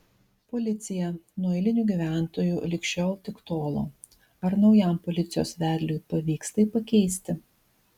policija nuo eilinių gyventojų lig šiol tik tolo ar naujam policijos vedliui pavyks tai pakeisti